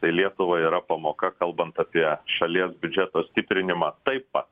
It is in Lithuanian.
tai lietuvai yra pamoka kalbant apie šalies biudžeto stiprinimą taip pat